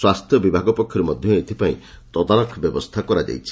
ସ୍ୱାସ୍ସ୍ୟ ବିଭାଗ ପକ୍ଷର୍ ମଧ ଏଥିପାଇଁ ତଦାରଖ ବ୍ୟବସ୍ରା କରାଯାଇଛି